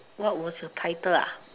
what was your title ah